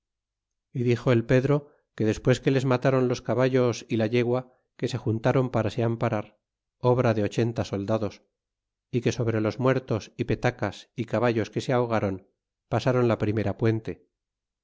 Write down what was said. y dixo el pedro que despues que les mataron los caballos y la yegua que se juntaron para se amparar obra de ochenta soldados y que sobre los muertos y petacas y caballos que se ahogaron pasaron la primera puente